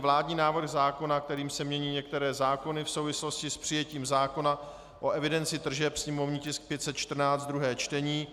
Vládní návrh zákona, kterým se mění některé zákony v souvislosti s přijetím zákona o evidenci tržeb /sněmovní tisk 514/ druhé čtení